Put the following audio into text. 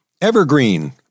Evergreen